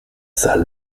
sale